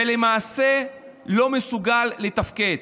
ולמעשה לא מסוגל לתפקד.